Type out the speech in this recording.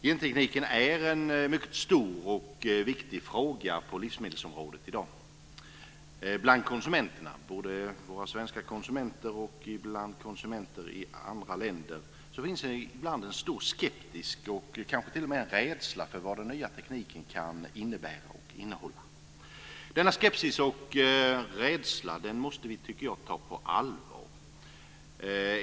Gentekniken är en mycket stor och viktig fråga på livsmedelsområdet i dag bland konsumenterna. Både bland våra svenska konsumenter och bland konsumenter i andra länder finns ibland en stor skepsis och kanske t.o.m. en rädsla för vad den nya tekniken kan innebära och innehålla. Denna skepsis och rädsla måste vi, tycker jag, ta på allvar.